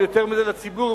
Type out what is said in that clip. אבל יותר מזה לציבור,